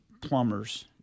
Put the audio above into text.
plumbers